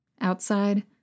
Outside